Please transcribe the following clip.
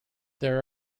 there